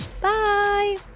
Bye